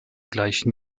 gleichen